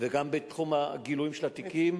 וגם בתחום הגילויים של התיקים,